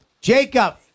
Jacob